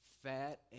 Fat